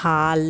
হাল